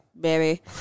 baby